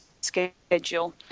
schedule